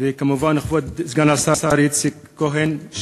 וכמובן כבוד סגן השר איציק כהן,